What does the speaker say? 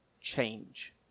change